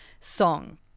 song